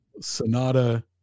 Sonata